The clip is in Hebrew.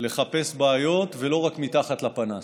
לחפש בעיות ולא רק מתחת לפנס.